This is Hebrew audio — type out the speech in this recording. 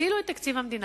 יצילו את תקציב המדינה.